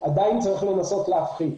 עדיין צריך לנסות להפחית.